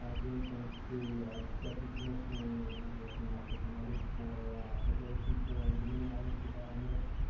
again, thanks to ah deputy commissioner and and director muffick and others for preparation for the many items we had on this